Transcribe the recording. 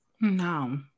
No